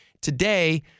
Today